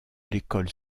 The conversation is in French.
l’école